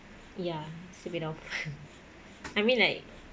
ya slip it off I mean like